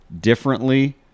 differently